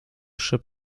przy